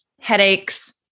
headaches